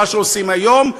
מה שעושים היום,